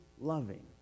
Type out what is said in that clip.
loving